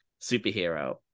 superhero